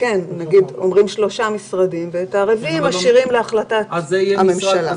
אומרים שלושה משרדים ואת הרביעי משאירים להחלטת המשרד.